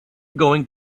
going